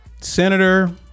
Senator